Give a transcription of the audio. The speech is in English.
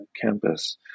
campus